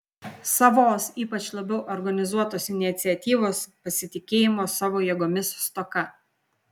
savos ypač labiau organizuotos iniciatyvos pasitikėjimo savo jėgomis stoka